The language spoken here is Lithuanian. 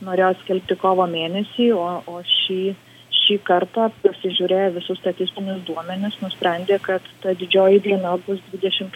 norėjo skelbti kovo mėnesį o o šį šį kartą pasižiūrėję visus statistinius duomenis nusprendė kad ta didžioji diena bus dvidešim